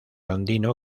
andino